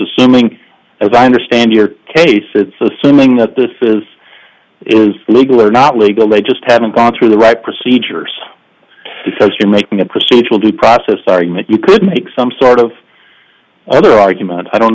assuming about understand your case it's assuming that the affairs is legal or not legal they just haven't gone through the right procedures because you're making a procedural due process argument you could make some sort of other argument i don't